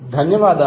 ధన్యవాదాలు